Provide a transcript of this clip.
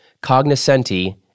cognoscenti